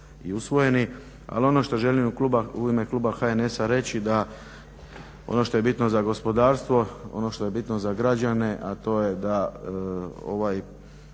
i usvojeni. Ali što želim u ime kluba HNS-a reći da ono što je bitno za gospodarstvo, ono što je bitno za građane, a to je da ove